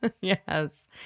yes